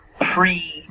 pre